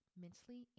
mentally